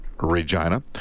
Regina